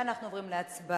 ואנחנו עוברים להצבעה